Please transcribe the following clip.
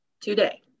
today